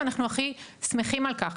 ואנחנו הכי שמחים על כך.